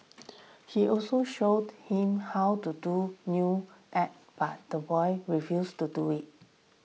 he also showed him how to do new act but the boy refused to do it